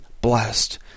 blessed